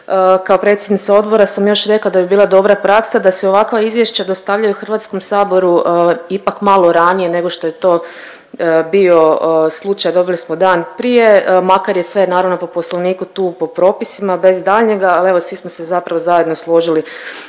Kao predsjednica odbora sam još rekla da bi bila dobra praksa da se ovakva izvješća dostavljaju HS-u ipak malo ranije nego što je to bio slučaj, dobili smo dan prije makar je sve naravno po poslovniku tu po propisima bez daljnjega, ali evo svi smo se zapravo zajedno složili